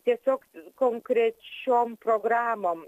tiesiog konkrečiom programom